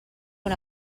una